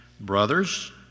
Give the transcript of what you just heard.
brothers